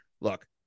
Look